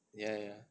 ya ya